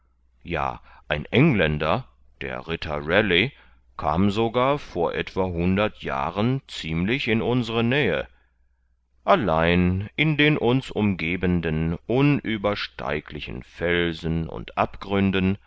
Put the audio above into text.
ja ein engländer der ritter raleigh kam sogar vor etwa hundert jahren ziemlich in unsere nähe allein in den uns umgebenden unübersteiglichen felsen und abgründen